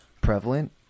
prevalent